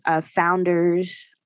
founders